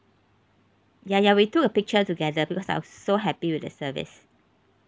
ya ya we took a picture together because I was so happy with the service